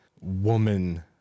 woman